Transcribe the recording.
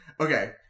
okay